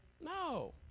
no